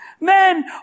Men